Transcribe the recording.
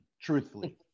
truthfully